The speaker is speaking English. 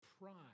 Pride